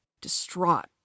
Distraught